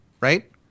right